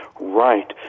Right